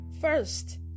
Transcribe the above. first